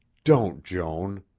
don't joan!